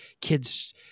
kids